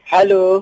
Hello